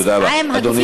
תודה רבה.